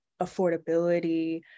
affordability